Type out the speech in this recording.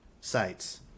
sites